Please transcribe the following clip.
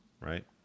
right